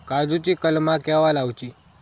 काजुची कलमा केव्हा लावची?